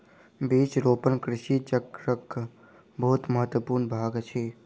बीज रोपण कृषि चक्रक बहुत महत्वपूर्ण भाग अछि